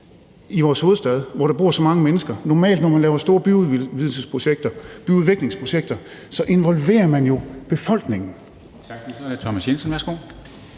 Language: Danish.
i vores hovedstad, hvor der bor så mange mennesker? Normalt, når man laver store byudviklingsprojekter, involverer man jo befolkningen.